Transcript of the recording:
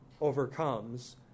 overcomes